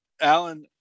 Alan